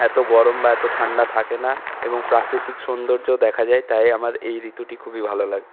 এত গরম বা এত ঠান্ডা থাকে না এবং প্রাকৃতিক সৌন্দর্য দেখা যায় তাই আমার এই ঋতুটি খুবই ভালো লাগে